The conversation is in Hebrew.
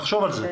נחשוב על זה.